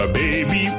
baby